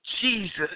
Jesus